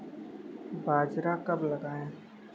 बाजरा कब लगाएँ?